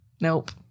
nope